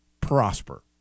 prosper